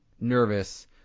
nervous